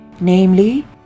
namely